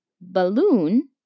Balloon